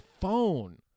phone